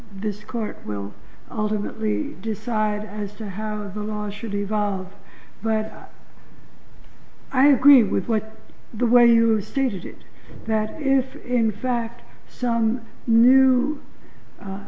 this court will ultimately decide as to how the law should evolve but i agree with what the way you stated it that is in fact some new